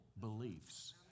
beliefs